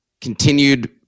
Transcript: continued